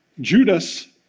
Judas